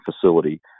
facility